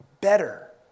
better